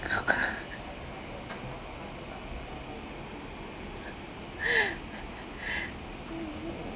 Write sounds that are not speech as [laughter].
[laughs] [noise] [breath]